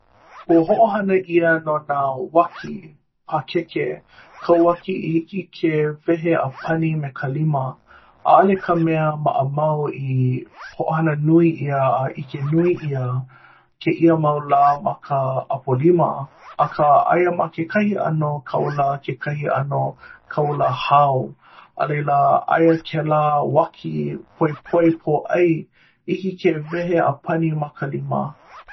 ua hoʻohana ʻia no nā ʻuaki pākeke ka ʻuaki i hiki ke wehe a pani me ka lima ʻaʻale ka mea maʻamau i hoʻohana nui ʻia a ʻike nui ʻia kēia mau lā ma ka ʻapolima akā aia ma kekahi ʻano kaula kekahi ʻano kaula hao a laila aia kēlā ʻuaki poepoe pōʻai i hiki ke wehe a pani ma ka lima